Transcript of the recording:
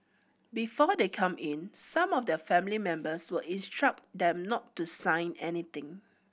before they come in some of their family members will instruct them not to sign anything